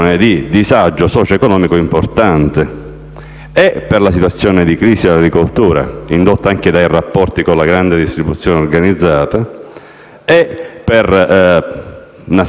per la situazione di crisi dell'agricoltura, indotta anche dai rapporti con la grande distribuzione organizzata, sia per una serie di attentati di chiara matrice mafiosa,